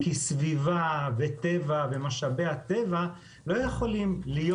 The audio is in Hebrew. כי סביבה וטבע ומשאבי הטבע לא יכולים להיות